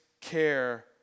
care